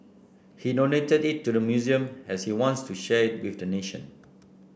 he donated it to the museum as he wants to share it with the nation